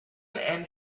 and